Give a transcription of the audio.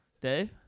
Dave